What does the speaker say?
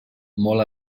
molt